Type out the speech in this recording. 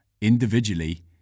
individually